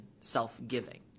self-giving